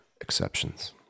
exceptions